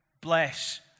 bless